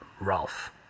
Ralph